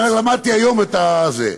למדתי היום את זה,